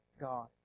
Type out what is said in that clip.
God